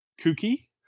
Kooky